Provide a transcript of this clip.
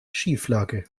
schieflage